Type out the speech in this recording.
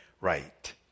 right